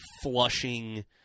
flushing